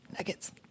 Nuggets